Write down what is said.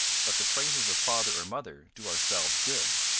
but the praises of father or mother do our selves good,